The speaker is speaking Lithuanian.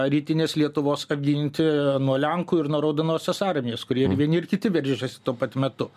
rytinės lietuvos apginti nuo lenkų ir nuo raudonosios armijos kurie ir vieni ir kiti veržiasi tuo pat metu